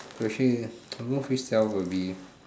especially I'm not which self would be